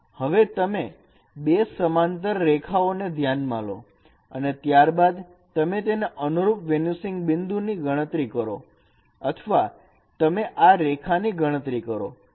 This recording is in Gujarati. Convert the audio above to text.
હવે તમે બે સમાંતર રેખાઓ ને ધ્યાનમાં લો અને ત્યારબાદ તમે તેને અનુરૂપ વેનીસિંગ બિંદુ ની ગણતરી કરો અથવા તમે આ રેખા ની ગણતરી કરો